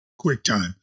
QuickTime